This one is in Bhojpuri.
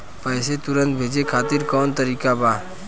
पैसे तुरंत भेजे खातिर कौन तरीका बा?